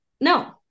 no